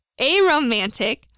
Aromantic